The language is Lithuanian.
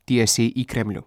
tiesiai į kremlių